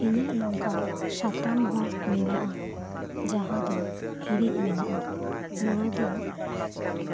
ᱤᱧᱟᱜ ᱱᱚᱝᱠᱟᱱ ᱥᱟᱛᱟᱢ ᱦᱚᱸ ᱢᱮᱱᱟᱜᱼᱟ ᱡᱟᱦᱟᱸ ᱫᱚ ᱦᱤᱲᱤᱡ ᱢᱮᱱᱟᱜᱼᱟ ᱱᱚᱶᱟ ᱫᱚ